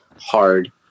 hard